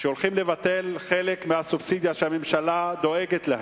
שהולכים לבטל חלק מהסובסידיה שהממשלה דואגת לה,